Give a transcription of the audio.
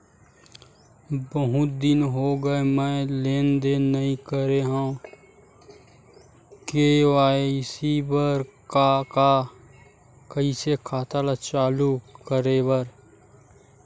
बहुत दिन हो गए मैं लेनदेन नई करे हाव के.वाई.सी बर का का कइसे खाता ला चालू करेबर?